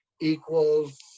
equals